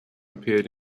appeared